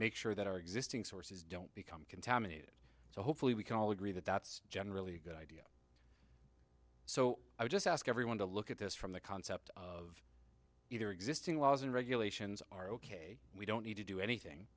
make sure that our existing sources don't become contaminated so hopefully we can all agree that that's generally a good idea so i just ask everyone to look at this from the concept of either existing laws and regulations are ok we don't need to do anything